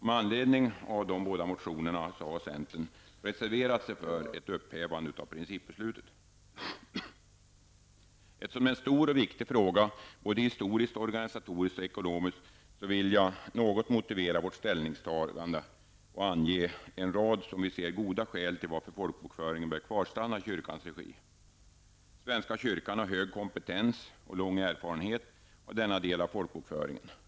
Med anledning av de båda motionerna har centern reserverat sig för ett upphävande av principbeslutet. Eftersom det är en stor och viktig fråga både historiskt, organisatoriskt och ekonomiskt vill jag ytterligare något motivera vårt ställningstagande och ange en rad, som vi ser det, goda skäl till att folkbokföringen bör kvarstanna i krykans regi. Svenska kyrkan har hög kompetens och lång erfarenhet av denna del av folkbokföringen.